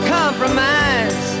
compromise